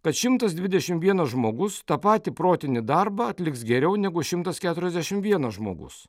kad šimtas dvidešimt vienas žmogus tą patį protinį darbą atliks geriau negu šimtas keturiasdešimt vienas žmogus